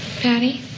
Patty